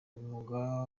umwuga